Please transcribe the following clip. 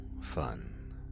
fun